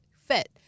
fit